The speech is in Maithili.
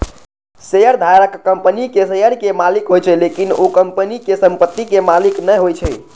शेयरधारक कंपनीक शेयर के मालिक होइ छै, लेकिन ओ कंपनी के संपत्ति के मालिक नै होइ छै